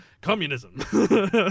communism